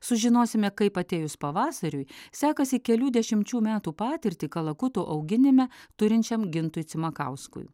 sužinosime kaip atėjus pavasariui sekasi kelių dešimčių metų patirtį kalakutų auginime turinčiam gintui cimakauskui